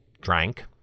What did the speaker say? drank